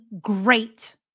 great